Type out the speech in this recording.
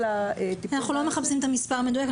הטיפול --- אנחנו לא מחפשים את המספר המדויק.